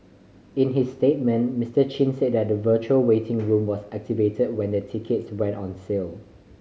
in his statement Mister Chin said that the virtual waiting room was activate when the tickets went on sale